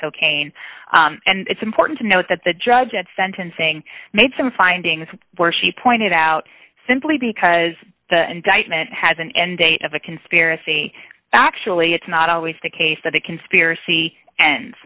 cocaine and it's important to note that the judge at sentencing made some findings where she pointed out simply because the indictment has an end date of a conspiracy actually it's not always the case that a conspiracy and